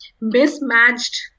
mismatched